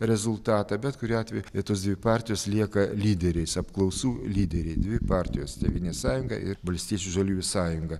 rezultatą bet kuriuo atveju tos dvi partijos lieka lyderiais apklausų lyderiai dvi partijos tėvynės sąjunga ir valstiečių žaliųjų sąjunga